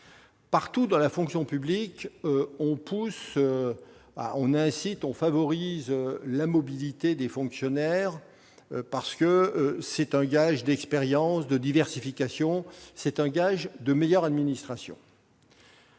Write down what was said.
Partout, dans la fonction publique, on pousse et on incite à la mobilité des fonctionnaires, parce que c'est un gage d'expérience, de diversification et de meilleure administration.